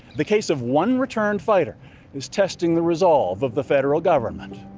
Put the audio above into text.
the case of one returned fighter is testing the resolve of the federal government.